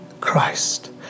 Christ